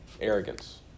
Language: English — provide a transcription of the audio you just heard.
Arrogance